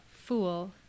Fool